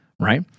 right